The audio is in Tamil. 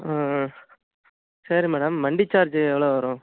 ம் ம் சரி மேடம் வண்டி சார்ஜ்ஜு எவ்வளோ வரும்